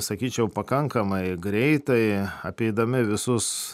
sakyčiau pakankamai greitai apeidami visus